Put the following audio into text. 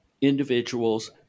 individuals